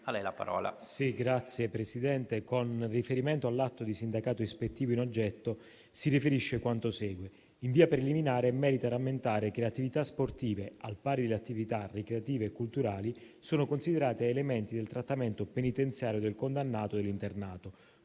per la salute*. Signor Presidente, con riferimento all'atto di sindacato ispettivo in oggetto si riferisce quanto segue. In via preliminare merita rammentare che le attività sportive, al pari delle attività ricreative e culturali, sono considerate elementi del trattamento penitenziario del condannato o dell'internato,